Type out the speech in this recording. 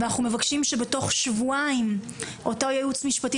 ואנחנו מבקשים שבתוך שבועיים אותו ייעוץ משפטי